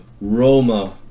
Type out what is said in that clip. Roma